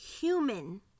human